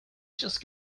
just